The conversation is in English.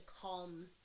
calm